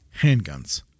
handguns